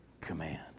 command